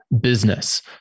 business